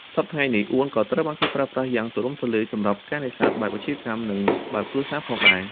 សព្វថ្ងៃនេះ អួនក៏ត្រូវបានគេប្រើប្រាស់យ៉ាងទូលំទូលាយសម្រាប់ការនេសាទបែបអាជីវកម្ម និងបែបគ្រួសារផងដែរ។